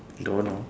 don't know